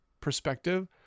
perspective